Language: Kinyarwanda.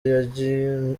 yashyinguwe